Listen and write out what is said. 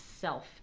self